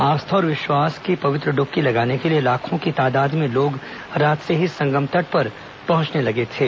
आस्था और विश्वास की पवित्र डुबकी लगाने के लिए लाखों की तादाद में लोग रात से ही संगम तट पर पहुंचने लगे थे